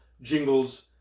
jingles